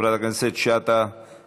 חברת הכנסת תמנו-שטה,